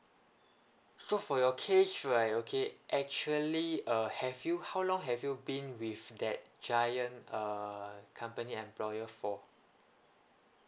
so for your case right okay actually uh have you how long have you been with that giant err company employer for